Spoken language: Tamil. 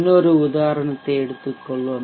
இன்னொரு உதாரணத்தை எடுத்துக் கொள்வோம்